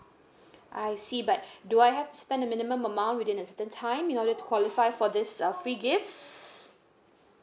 I see but do I have to spend a minimum amount within a certain time in order to qualify for this uh free gifts